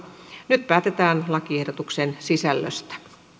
nyt päätetään lakiehdotuksen sisällöstä